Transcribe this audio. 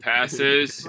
Passes